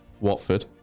Watford